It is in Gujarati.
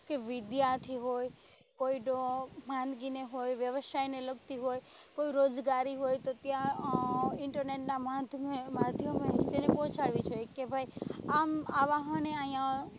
કે વિદ્યાર્થી હોય કોઈ માંદગીને હોય વ્યવસ્થાને લગતી હોય કોઈ રોજગારી હોય તો ત્યાં ઈન્ટરનેટના માધ્યમે તેને પહોંચાડવી જોઈએ કે ભાઈ આમ આ વાહનો અહીં